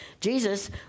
Jesus